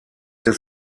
des